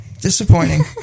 Disappointing